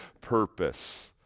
purpose